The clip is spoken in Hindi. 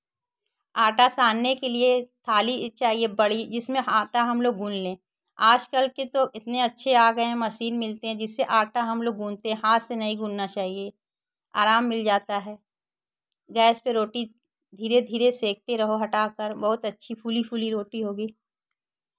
आटा सानने के लिए थाली चाहिए बड़ी जिसमें आटा हम लोग गूंध लें आज कल के तो इतने अच्छे आ गए हैं मशीन मिलते हैं जिससे आटा हम लोग गूंधते हैं हाथ से नहीं गूंधना चाहिए आराम मिल जाता है गैस पे रोटी धीरे धीरे सेकते रहो हटाकर बहुत अच्छी फूली फूली रोटी होगी